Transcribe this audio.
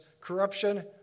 corruption